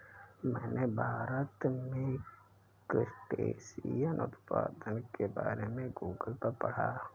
मैंने भारत में क्रस्टेशियन उत्पादन के बारे में गूगल पर पढ़ा